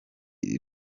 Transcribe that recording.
iri